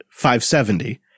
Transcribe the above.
570